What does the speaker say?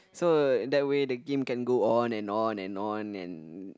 so in that way the game can go on and on and on and